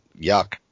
Yuck